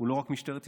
זה לא במשטרת ישראל,